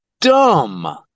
dumb